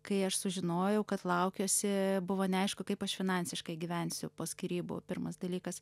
kai aš sužinojau kad laukiuosi buvo neaišku kaip aš finansiškai gyvensiu po skyrybų pirmas dalykas